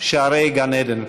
שערי גן עדן?